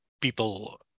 people